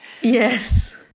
Yes